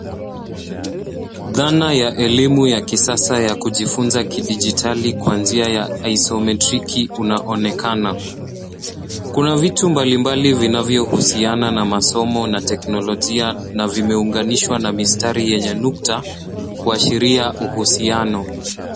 Dhana ya elimu ya kisasa ya kujifunza kidijitali kwa njia ya isometriki unaonekana. Kuna vitu mbalimbali vinavyohusiana na masomo na teknolojia na vimeunganishwa na mistari yenye nukta kuashiri uhusiano.